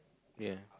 ya